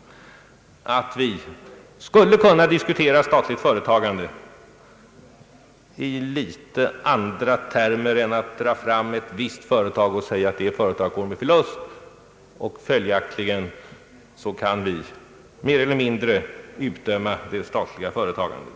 — att man skall kunna diskutera statligt företagande i något andra termer än att dra fram ett visst företag och säga att det företaget går med förlust och att vi följaktligen kan mer eller mindre utdöma det statliga företagandet.